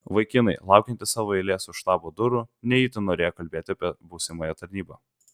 vaikinai laukiantys savo eilės už štabo durų ne itin norėjo kalbėti apie būsimąją tarnybą